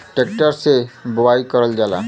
tractor से बोवाई करल जाला